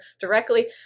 directly